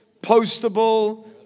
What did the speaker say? postable